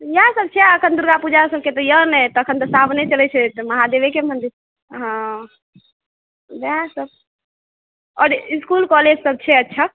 इएह सभ छै आ अखन दुर्गा पूजा सभके तऽ यऽ नहि अखन तऽ साओने चलैत छै तऽ महादेवेके मन्दिर हँ ओएह सभ आओर इसकुल कॉलेज सभ छै अच्छा